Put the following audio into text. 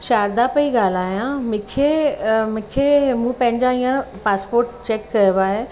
शारदा पई ॻाल्हायां मूंखे मूंखे मूं पंहिंजा ईअं पासपोट चैक कयो आहे